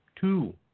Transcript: Two